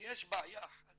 שיש בעיה אחת